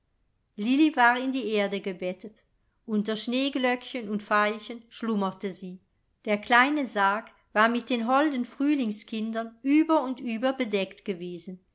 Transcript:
war in die erde gebettet unter schneeglöckchen und veilchen schlummerte sie der kleine sarg war mit den holden frühlingskindern über und über bedeckt gewesen